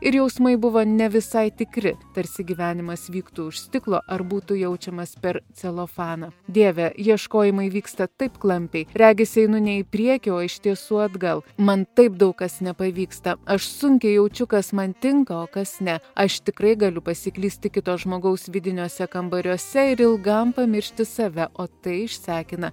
ir jausmai buvo ne visai tikri tarsi gyvenimas vyktų už stiklo ar būtų jaučiamas per celofaną dieve ieškojimai vyksta taip klampiai regis einu ne į priekį o iš tiesų atgal man taip daug kas nepavyksta aš sunkiai jaučiu kas man tinka o kas ne aš tikrai galiu pasiklysti kito žmogaus vidiniuose kambariuose ir ilgam pamiršti save o tai išsekina